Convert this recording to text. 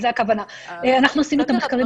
כבר בנוסחים